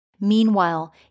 Meanwhile